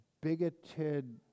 bigoted